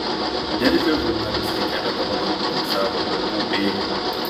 delfi žurnalistai keletą valandų fiksavo darbų eigą